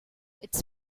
its